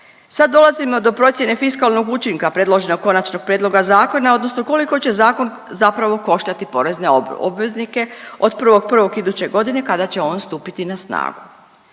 Sad dolazimo do procjene fiskalnog učinka predloženog Konačnog prijedloga zakona odnosno koliko će zakon zapravo koštati porezne obveznike od 1.1. iduće godine kada će on stupiti na snagu.